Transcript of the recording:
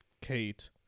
Kate